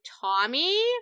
Tommy